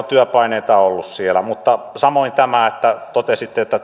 työpaineita ollut siellä mutta samoin totesitte että